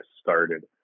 started